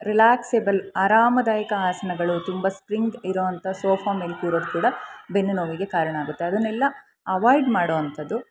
relaxable ಆರಾಮದಾಯಿಕ ಆಸನಗಳು ತುಂಬ ಸ್ಪ್ರಿಂಗ್ ಇರೋ ಅಂಥ ಸೋಫಾ ಮೇಲೆ ಕೂರೋದು ಕೂಡ ಬೆನ್ನು ನೋವಿಗೆ ಕಾರಣ ಆಗುತ್ತೆ ಅದನ್ನೆಲ್ಲ ಅವೈವ್ಡ್ ಮಾಡೋ ಅಂಥದ್ದು